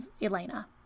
Elena